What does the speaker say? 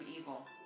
evil